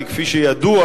כי כפי שידוע,